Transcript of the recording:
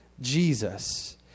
Jesus